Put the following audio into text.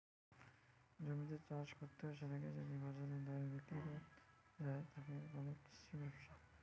জমিতে চাষ কত্তে সেটাকে যদি বাজারের দরে বিক্রি কত্তে যায়, তাকে বলে কৃষি ব্যবসা